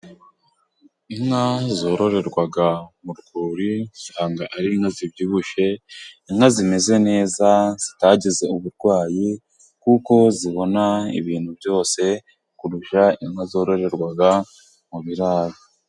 Inka zororerwa mu rwuri, usanga ari inka zibyibushye, inka zimeze neza, zitagize uburwayi kuko zibona ibintu byose kurusha inka zororerwa mu biraro.